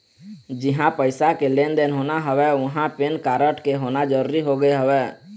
जिहाँ पइसा के लेन देन होना हवय उहाँ पेन कारड के होना जरुरी होगे हवय